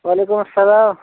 وعلیکُم اَسلام